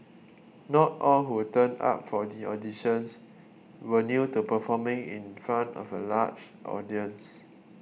not all who turned up for the auditions were new to performing in front of a large audience